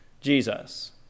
Jesus